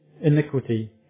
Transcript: iniquity